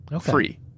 Free